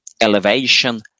elevation